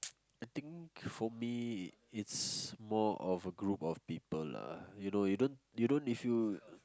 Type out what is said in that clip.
I think for me it's more of a group of people lah you know you don't you don't if you